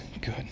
good